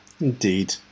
Indeed